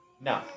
no